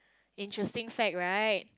interesting fact right